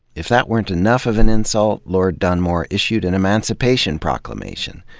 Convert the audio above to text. if that weren't enough of an insult, lord dunmore issued an emancipation proclamation,